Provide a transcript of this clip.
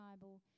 Bible